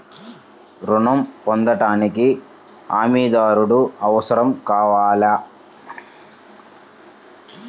ఋణం పొందటానికి హమీదారుడు అవసరం కావాలా?